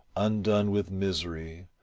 undone with misery,